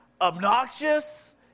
obnoxious